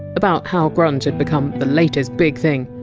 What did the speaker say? about how grunge had become the latest big thing!